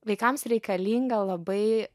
vaikams reikalinga labai